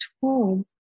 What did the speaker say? home